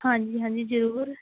ਹਾਂਜੀ ਹਾਂਜੀ ਜ਼ਰੂਰ